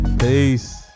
Peace